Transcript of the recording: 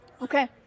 Okay